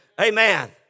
Amen